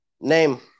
Name